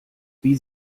wie